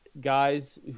guys